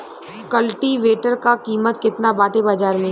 कल्टी वेटर क कीमत केतना बाटे बाजार में?